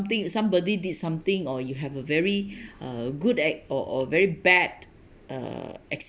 something somebody did something or you have a very uh good ex~ or or very bad uh